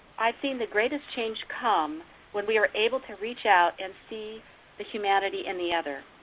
i've seen the greatest change come when were able to reach out and see the humanity in the other.